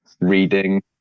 reading